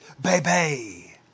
Baby